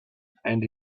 and